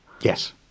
Yes